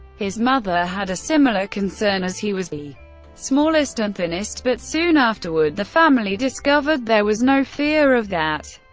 his mother had a similar concern, as he was the smallest and thinnest, but soon afterward, the family discovered there was no fear of that.